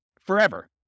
forever